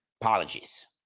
Apologies